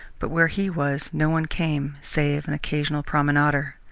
but where he was no one came save an occasional promenader.